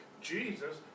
Jesus